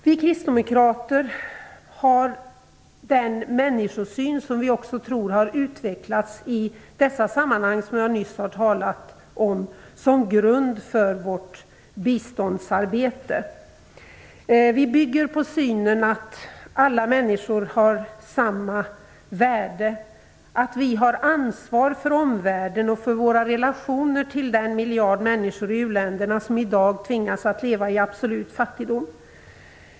Vi kristdemokrater har den människosyn som vi också tror har utvecklats i de sammanhang som jag nyss har talat om. Den ligger till grund för vårt biståndsarbete. Vi bygger på synen att alla människor har lika värde, att vi har ansvar för omvärlden och för våra relationer till den miljard människor i u-länderna som i dag tvingas att leva i absolut fattigdom.